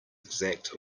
exact